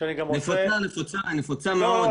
נפוצה מאוד.